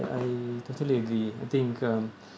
I totally agree I think um